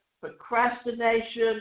procrastination